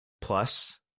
plus